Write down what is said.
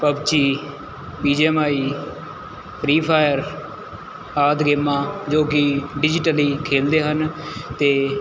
PUBG BGMI free fire ਆਦਿ ਗੇਮਾਂ ਜੋ ਕਿ ਡਿਜੀਟਲੀ ਖੇਲਦੇ ਹਨ ਅਤੇ